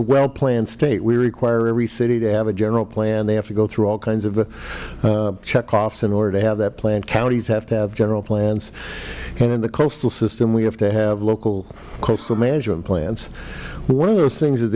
a well planned state we require every city to have a general plan they have to go through all kinds of check offs in order to have that plan counties have to have general plans and in the coastal system we have to have local coastal management plans one of those things that